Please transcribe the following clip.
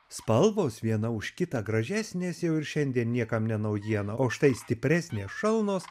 spalvos viena už kitą gražesnės jau ir šiandien niekam ne naujiena o štai stipresnės šalnos